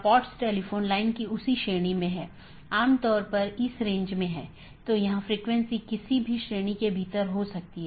वोह AS जो कि पारगमन ट्रैफिक के प्रकारों पर नीति प्रतिबंध लगाता है पारगमन ट्रैफिक को जाने देता है